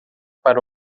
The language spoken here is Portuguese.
para